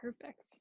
Perfect